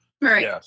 Right